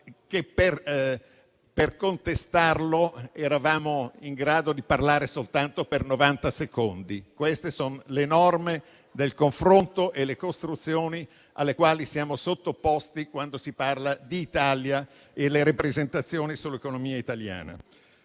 per contestare il quale potevamo parlare soltanto per novanta secondi. Queste sono le norme del confronto e le costruzioni alle quali siamo sottoposti quando si parla d'Italia e delle rappresentazioni sull'economia italiana.